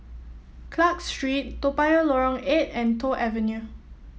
Clarke Street Toa Payoh Lorong Eight and Toh Avenue